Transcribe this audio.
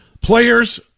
Players